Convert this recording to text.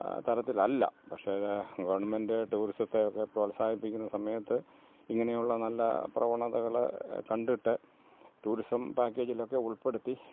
തരത്തിലല്ല പക്ഷേയെങ്കിൽ ഗവണ്മെൻറ്റ് ടൂറിസത്തെ ഒക്കെ പ്രോത്സാഹിപ്പിക്കുന്ന സമയത്ത് ഇങ്ങനെയുള്ള നല്ല പ്രവണതകൾ കണ്ടിട്ട് ടൂറിസം പാക്കേജിലൊക്കെ ഉൾപ്പെടുത്തി